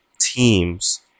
teams